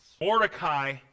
Mordecai